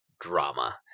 drama